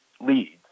leads